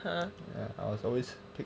uh